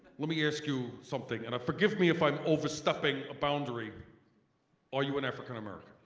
let me ask you something and i forgive me if i'm overstepping a boundary are you an african american?